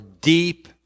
deep